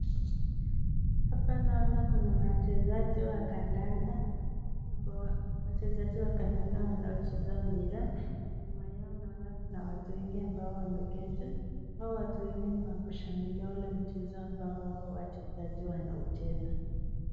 Hapa Kuna wachezaji wa kandanda wanao cheza mpira. Nyuma Yao naona Kuna watu wengi ambao wameketi. Hao watu wengi ni wa kushangilia mchezo ambao hao wachezaji wanacheza.